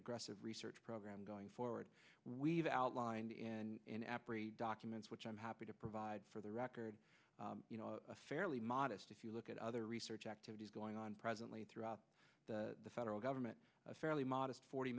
aggressive research program going forward we've outlined in an aberrated documents which i'm happy to provide for the record you know a fairly modest if you look at other research activities going on presently throughout the federal government a fairly modest forty